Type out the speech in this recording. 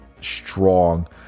strong